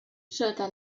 sota